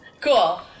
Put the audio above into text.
Cool